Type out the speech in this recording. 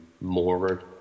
more